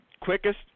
quickest